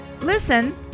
Listen